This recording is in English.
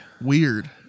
Weird